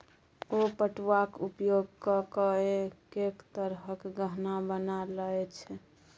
ओ पटुआक उपयोग ककए कैक तरहक गहना बना लए छै